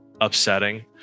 upsetting